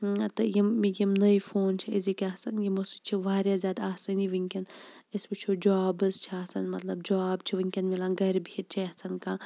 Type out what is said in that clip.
نتہٕ یِم وُنکیٚن نٔوۍ فون چھِ أزِکۍ آسان یِمو سۭتۍ چھِ واریاہ زیادٕ آسٲنی وُنکیٚن أسۍ وُچھو جابس چھِ آسان مَطلَب جاب چھُ وُنکیٚن میلن گَرِ بِہِتھ چھ یَژھان کانٛہہ